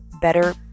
better